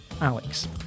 Alex